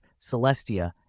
Celestia